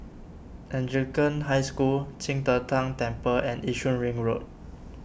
Anglican High School Qing De Tang Temple and Yishun Ring Road